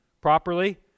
properly